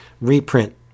reprint